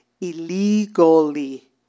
illegally